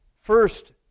First